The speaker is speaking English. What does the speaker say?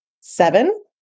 seven